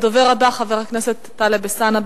הדובר הבא, חבר הכנסת טלב אלסאנע.